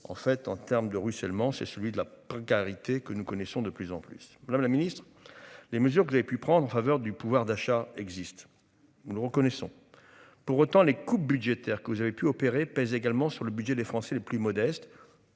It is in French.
En fait en termes de ruissellement, c'est celui de la précarité que nous connaissons de plus en plus Madame la Ministre. Les mesures que vous avez pu prendre en faveur du pouvoir d'achat existe nous le reconnaissons. Pour autant, les coupes budgétaires que vous avez pu opérer pèse également sur le budget des Français les plus modestes.